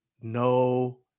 no